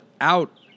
out